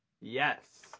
Yes